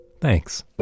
Thanks